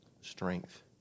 Strength